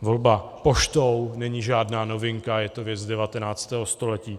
Volba poštou není žádná novinka, je to věc 19. století.